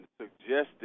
suggested